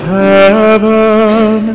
heaven